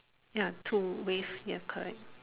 ya two ways ya correct